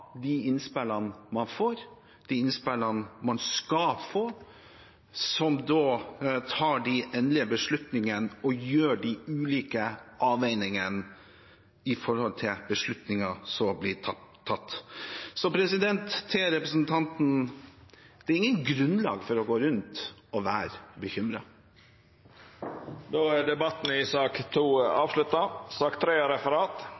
de innspillene man får, og de innspillene man skal få – som tar den endelige beslutningen, og som gjør de ulike avveiningene før beslutningen blir tatt. Så jeg vil si til representanten: Det er ikke noe grunnlag for å gå rundt og være bekymret. Då er sak nr. 2, den ordinære spørjetimen, over. Det ligg ikkje føre noko referat.